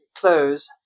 close